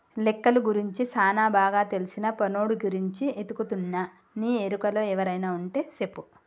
లెక్కలు గురించి సానా బాగా తెల్సిన పనోడి గురించి ఎతుకుతున్నా నీ ఎరుకలో ఎవరైనా వుంటే సెప్పు